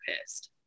pissed